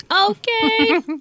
Okay